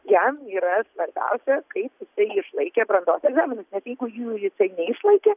jam yra svarbiausia kaip jisai išlaikė brandos egzaminus nes jeigu jų jisai neišlaikė